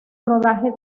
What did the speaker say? rodaje